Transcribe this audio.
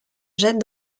jette